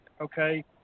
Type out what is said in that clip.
okay